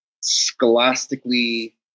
scholastically